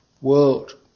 world